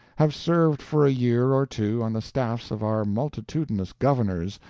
have served for a year or two on the staffs of our multitudinous governors,